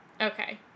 Okay